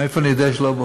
מאיפה אני יודע שלא ידעו?